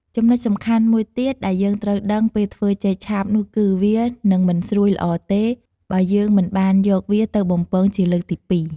ចំណុចសំខាន់មួយទៀតដែលយើងត្រូវដឹងពេលធ្វើចេកឆាបនោះគឺ វានឹងមិនស្រួយល្អទេ បើយើងមិនបានយកវាទៅបំពងជាលើកទីពីរ។